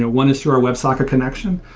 ah one is through our web socket connection.